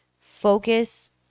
Focus